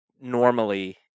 normally